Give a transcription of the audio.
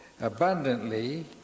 abundantly